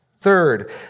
Third